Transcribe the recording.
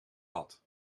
had